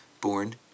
born